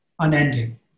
unending